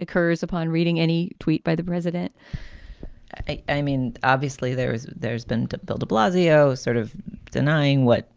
occurs upon reading any tweet by the president i i mean, obviously, there is there's been bill de blasio sort of denying what,